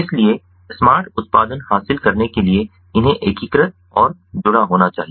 इसलिए स्मार्ट उत्पादन हासिल करने के लिए इन्हें एकीकृत और जुड़ा होना चाहिए